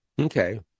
okay